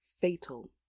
fatal